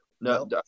no